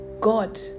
God